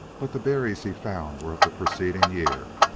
but the berries he found were of the preceding year,